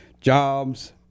jobs